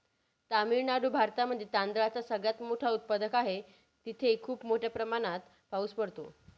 तामिळनाडू भारतामध्ये तांदळाचा सगळ्यात मोठा उत्पादक आहे, तिथे खूप मोठ्या प्रमाणात पाऊस होतो